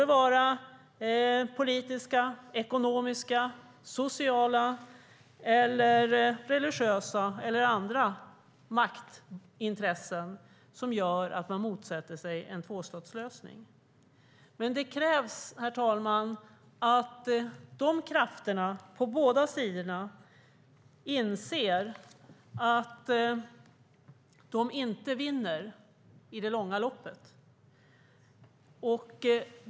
Det må vara politiska, ekonomiska, sociala, religiösa eller andra maktintressen som gör att man motsätter sig en tvåstatslösning. Det krävs, herr talman, att dessa krafter på båda sidor inser att de inte vinner i det långa loppet.